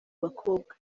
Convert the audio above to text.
bakobwa